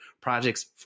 projects